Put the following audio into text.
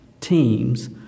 teams